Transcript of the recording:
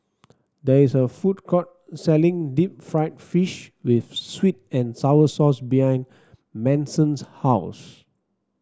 there is a food court selling Deep Fried Fish with sweet and sour sauce behind Manson's house